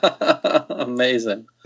amazing